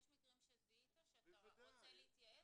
יש מקרים שזיהית שאתה רוצה להתייעץ,